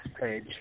page